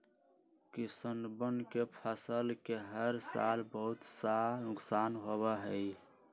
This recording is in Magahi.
किसनवन के फसल के हर साल बहुत सा नुकसान होबा हई